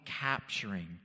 capturing